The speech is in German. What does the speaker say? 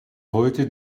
heute